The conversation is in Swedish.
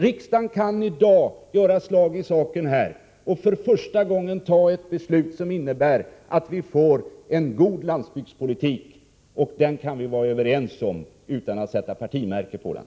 Riksdagen kan i dag göra slag i saken och för första gången fatta ett beslut som innebär att vi får en god landsbygdspolitik, och den kan vi vara överens om utan att sätta partimärke på den.